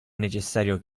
necessario